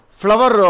flower